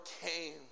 came